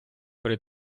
при